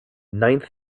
ninth